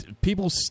people